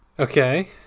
Okay